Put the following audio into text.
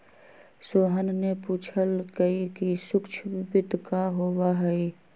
सोहन ने पूछल कई कि सूक्ष्म वित्त का होबा हई?